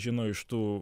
žino iš tų